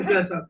Yes